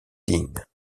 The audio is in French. dean